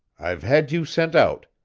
i've had you sent out,